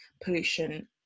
pollution